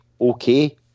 okay